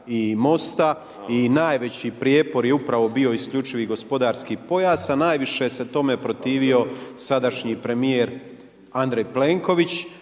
i MOST-a i najveći prijepor je upravo bio isključivi gospodarski pojas, a najviše se tome protivio sadašnji premijer Andrej Plenković,